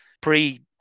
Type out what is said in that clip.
pre